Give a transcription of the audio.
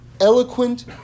eloquent